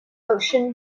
ocean